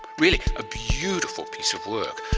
really, a beautiful piece of work.